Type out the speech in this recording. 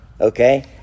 okay